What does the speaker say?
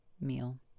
meal